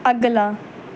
ਅਗਲਾ